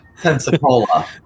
Pensacola